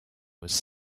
was